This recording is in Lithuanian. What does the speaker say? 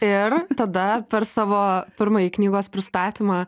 ir tada per savo pirmąjį knygos pristatymą